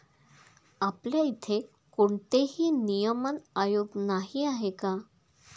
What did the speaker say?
आपल्या इथे कोणतेही नियमन आयोग नाही आहे का?